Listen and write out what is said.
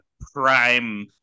prime